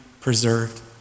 preserved